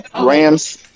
Rams